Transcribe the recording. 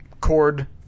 cord